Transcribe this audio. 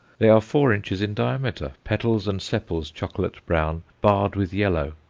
they are four inches in diameter, petals and sepals chocolate-brown, barred with yellow,